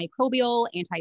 antimicrobial